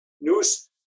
news